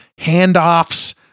handoffs